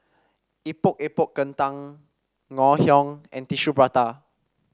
Epok Epok Kentang Ngoh Hiang and Tissue Prata